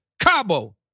Cabo